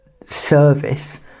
service